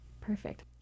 Perfect